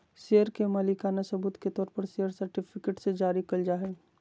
share के मालिकाना सबूत के तौर पर शेयर सर्टिफिकेट्स जारी कइल जाय हइ